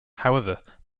however